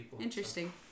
Interesting